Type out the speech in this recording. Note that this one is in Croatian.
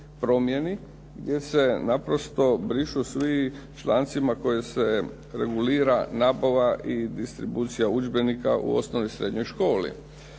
promjeni, jer se naprosto brišu svi članci kojima se regulira nabava i distribucija udžbenika u osnovnoj i srednjoj školi.